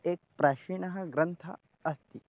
एकः प्राचीनः ग्रन्थः अस्ति